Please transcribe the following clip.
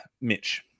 Mitch